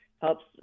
Helps